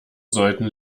sollten